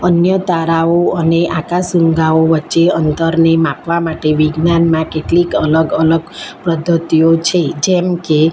અન્ય તારાઓ અને આકાશ ગંગાઓ વચ્ચે અંતરને માપવા માટે વિજ્ઞાનમાં કેટલીક અલગ અલગ પદ્ધતિઓ છે જેમ કે